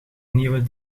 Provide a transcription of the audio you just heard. nieuwe